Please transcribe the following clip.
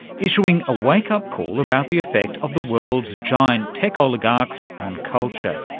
issuing a wake up call about the effect of the world's giant tech oligarchs on culture.